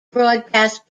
broadcast